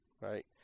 right